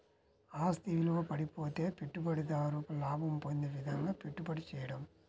ఆస్తి విలువ పడిపోతే పెట్టుబడిదారు లాభం పొందే విధంగాపెట్టుబడి చేయడం